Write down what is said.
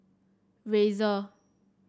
Razer